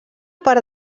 part